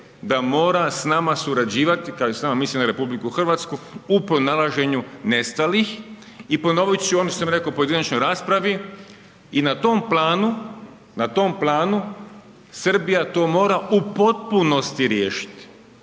da mora s nama surađivati, kažem s nama, mislim na RH, u pronalaženju nestalih. I ponoviti ću ono što sam rekao u pojedinačnoj raspravi i na tom planu, Srbija to mora u potpunosti riješiti,